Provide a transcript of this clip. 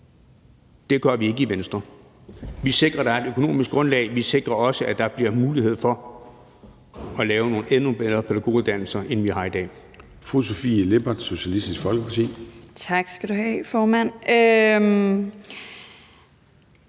Det gør vi ikke i Venstre. Vi sikrer, at der er et økonomisk grundlag. Vi sikrer også, at der bliver mulighed for at lave nogle endnu bedre pædagoguddannelser, end vi har i dag.